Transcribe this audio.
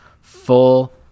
full